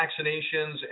vaccinations